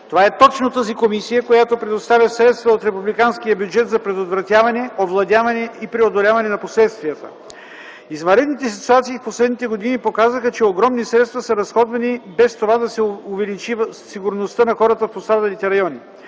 Това е точно тази комисия, която предоставя средства от републиканския бюджет за предотвратяване, овладяване и преодоляване на последствията. Извънредните ситуации в последните години показваха, че огромни средства са разходвани, без с това да се увеличи сигурността на хората в пострадалите райони.